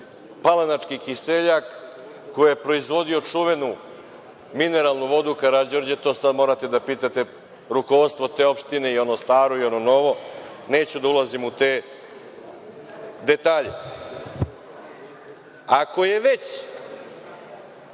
„Palanački kiseljak“ koji je proizvodio čuvenu mineralnu vodu „Karađorđe“, to sada morate da pitate rukovodstvo te opštine, i ono staro i ono novo, neću da ulazim u te detalje. Ako se već